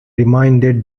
reminded